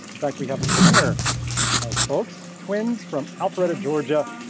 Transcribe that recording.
in fact, we have a pair of folks twins from alpharetta, georgia,